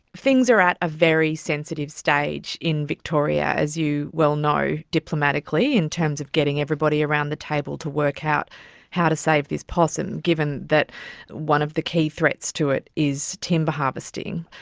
things are at a very sensitive stage in victoria, as you well know, diplomatically, in terms of getting everybody around the table to work out how to save this possum, given that one of the key threats to it is timber harvesting.